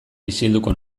isilduko